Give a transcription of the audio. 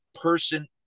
person